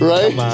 Right